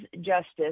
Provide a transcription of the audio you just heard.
justice